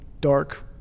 dark